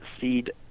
Seed